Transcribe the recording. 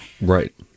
Right